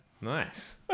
Nice